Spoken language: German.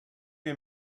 wir